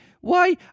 Why